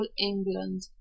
England